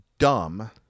Dumb